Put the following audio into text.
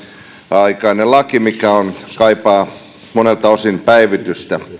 aikainen laki mikä kaipaa monelta osin päivitystä